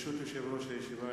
ברשות יושב-ראש הישיבה,